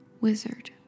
wizard